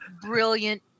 brilliant